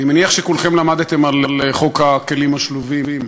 אני מניח שכולכם למדתם על חוק הכלים השלובים.